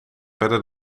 verder